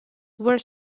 were